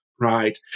right